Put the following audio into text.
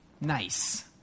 Nice